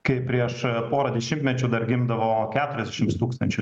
kai prieš porą dešimtmečių dar gimdavo keturiasdešimt tūkstančių